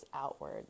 outward